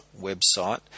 website